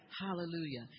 Hallelujah